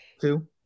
Two